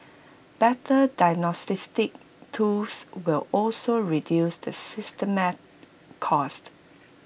better diagnostics tools will also reduce the systemic cost